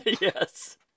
Yes